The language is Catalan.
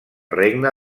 regne